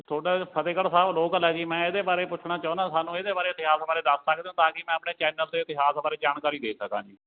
ਤੁਹਾਡਾ ਫਤਿਹਗੜ੍ਹ ਸਾਹਿਬ ਲੋਕਲ ਹੈ ਜੀ ਮੈਂ ਇਹਦੇ ਬਾਰੇ ਪੁੱਛਣਾ ਚਾਹੁੰਦਾ ਸਾਨੂੰ ਇਹਦੇ ਬਾਰੇ ਇਤਿਹਾਸ ਬਾਰੇ ਦੱਸ ਸਕਦੇ ਹੋ ਤਾਂ ਕਿ ਮੈਂ ਆਪਣੇ ਚੈਨਲ ਦੇ ਇਤਿਹਾਸ ਬਾਰੇ ਜਾਣਕਾਰੀ ਦੇ ਸਕਾਂ ਜੀ